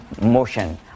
motion